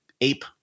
ape